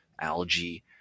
algae